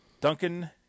Duncan